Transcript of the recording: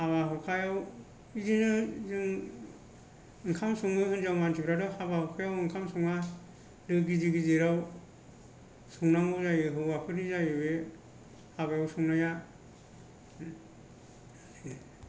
हाबा हुखायाव बिदिनो जों ओंखाम सङो हिनजाव मानसिफ्राथ हाबा हुखायाव ओंखाम सङा दो गिदिर गिदिराव संनांगौ जायो हौवाफोरनि जायो बे हाबायाव संनाया